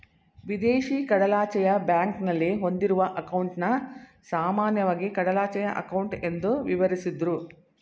ವಿದೇಶಿ ಕಡಲಾಚೆಯ ಬ್ಯಾಂಕ್ನಲ್ಲಿ ಹೊಂದಿರುವ ಅಂಕೌಟನ್ನ ಸಾಮಾನ್ಯವಾಗಿ ಕಡಲಾಚೆಯ ಅಂಕೌಟ್ ಎಂದು ವಿವರಿಸುದ್ರು